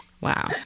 Wow